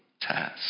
task